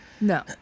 no